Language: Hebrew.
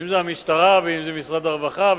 אם המשטרה ואם משרד הרווחה,